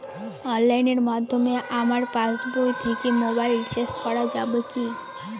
অনলাইনের মাধ্যমে আমার পাসবই থেকে মোবাইল রিচার্জ করা যাবে কি?